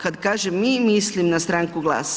Kad kažem „mi“ mislim na stranku GLAS.